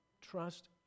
trust